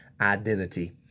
identity